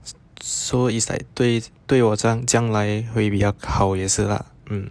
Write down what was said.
so it is like 对对我好想将来比较好也是 lah